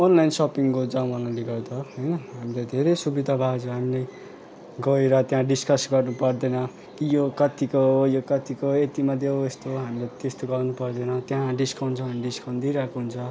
online सपिङको जमानाले गर्दा होइन हामीले धेरै सुविधा भएकोछ हामीलाई गएर त्यहाँ डिसकस् गर्नु पर्दैन कि यो कतिको हो यो कतिको हो यतिमा देऊ यस्तो हामीले त्यस्तो गर्नु पर्दैन त्यहाँ डिस्काउन्ट छ भने डिस्काउन्ट दिइरहेको हुन्छ